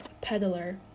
peddler